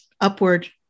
upward